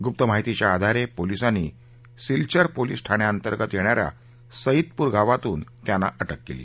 गुप्त माहितीच्या आधारे पोलीसांनी सिलचर पोलीस ठाण्यांतर्गत येणा या सईदपूर गावातून त्यांना अ ऊ केली